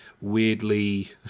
weirdly